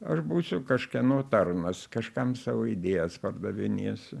aš būsiu kažkieno tarnas kažkam savo idėjas pardavinėsiu